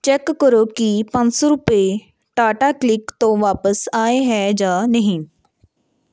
check ਕਰੋ ਕੀ ਪੰਜ ਸੌ ਰੁਪਏ ਟਾਟਾ ਕਲਿੱਕ ਤੋਂ ਵਾਪਸ ਆਏ ਹੈ ਜਾਂ ਨਹੀਂ